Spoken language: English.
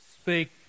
speak